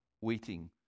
waiting